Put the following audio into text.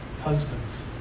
Husbands